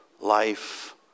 life